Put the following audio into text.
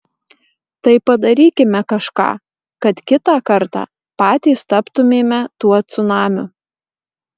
tai padarykime kažką kad kitą kartą patys taptumėme tuo cunamiu